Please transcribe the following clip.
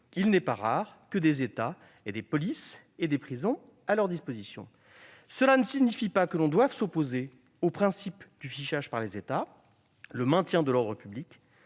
il n'est pas rare que des États aient des polices et des prisons à leur disposition. Cela ne signifie pas que l'on doive s'opposer au principe du fichage par les États. Le maintien de l'ordre public,